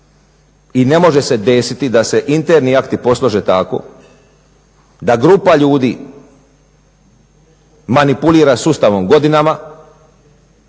i ne može se desiti da se interni akti poslože tako da grupa ljudi manipulira sustavom godinama.